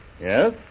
Yes